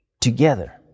together